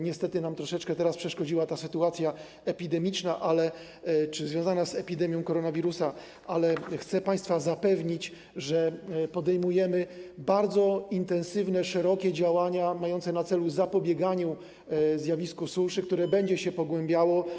Niestety troszeczkę nam teraz przeszkodziła ta sytuacja epidemiczna czy związana z epidemią koronawirusa, ale chcę państwa zapewnić, że podejmujemy bardzo intensywne, szerokie działania mające na celu zapobieganie zjawisku suszy, które będzie się pogłębiało.